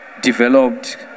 developed